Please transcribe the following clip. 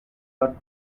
but